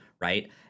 right